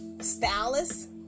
stylist